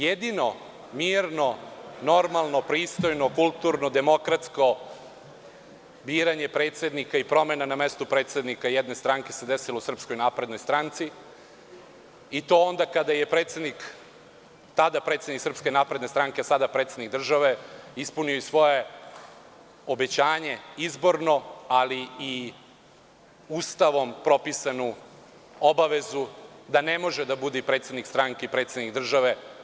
Jedino mirno, normalno, pristojno, kulturno i demokratsko biranje predsednika i promena na mestu predsednika jedne stranke se desilo u SNS, i to onda kada je tada predsednik SNS, a sada predsednik države, ispunio svoje izborno obećanje, ali i Ustavom propisanu obavezu da ne može da bude i predsednik stranke i predsednik države.